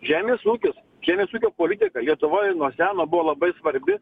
žemės ūkis žemės ūkio politika lietuva ji nuo seno buvo labai svarbi